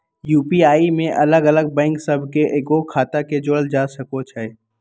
UPI में अलग अलग बैंक सभ के कएगो खता के जोड़ल जा सकइ छै